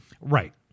Right